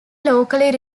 locally